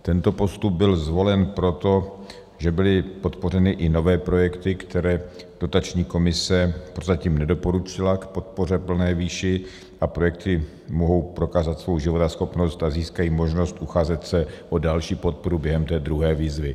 Tento postup byl zvolen proto, že byly podpořeny i nové projekty, které dotační komise prozatím nedoporučila k podpoře v plné výši, a projekty mohou prokázat svou životaschopnost a získají možnost ucházet se o další podporu během té druhé výzvy.